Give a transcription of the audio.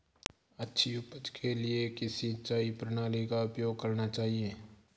अच्छी उपज के लिए किस सिंचाई प्रणाली का उपयोग करना चाहिए?